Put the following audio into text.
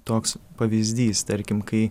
toks pavyzdys tarkim kai